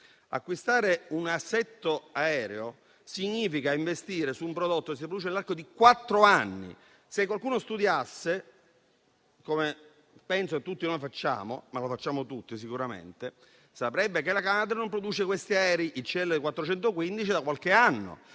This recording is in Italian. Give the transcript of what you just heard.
acquistare un assetto aereo significa investire su qualcosa che si produce nell'arco di quattro anni; se qualcuno studiasse - come penso che tutti noi facciamo - sicuramente saprebbe che la Canadair non produce gli aerei CL-415 da qualche anno;